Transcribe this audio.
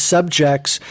Subjects